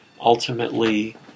ultimately